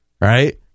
right